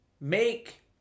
make